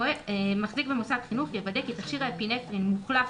(ד)מחזיק במוסד חינוך יוודא כי תכשיר האפינפרין מוחלף